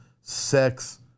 sex